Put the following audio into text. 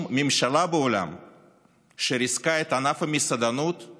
אנחנו נערכים גם לשינוי של המכרז בצורה שונה